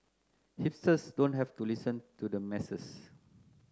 hipsters don't have to listen to the masses